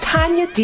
Tanya